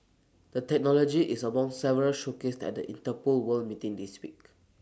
the technology is among several showcased at the Interpol world meeting this week